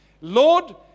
Lord